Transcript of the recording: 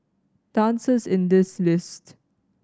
answer is in this list